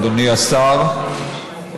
אדוני השר,